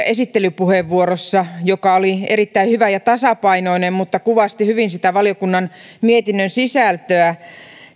esittelypuheenvuorossa joka oli erittäin hyvä ja tasapainoinen mutta kuvasti hyvin sitä valiokunnan mietinnön sisältöä